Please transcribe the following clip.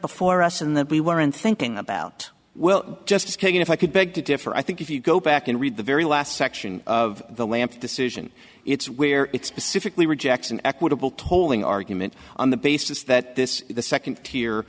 before us and that we weren't thinking about well justice kogan if i could beg to differ i think if you go back and read the very last section of the lamp decision it's where it's pacifically rejects an equitable tolling argument on the basis that this is the second tier